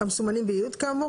המסומנים בייעוד כאמור.